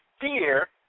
fear